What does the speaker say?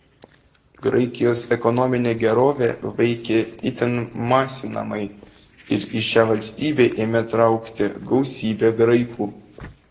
graikijos ekonominė gerovė veikė itin masinamai ir į šią valstybę ėmė traukti gausybė graikų